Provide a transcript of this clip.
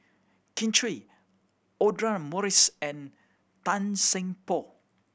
Kin Chui Audra Morrice and Tan Seng Poh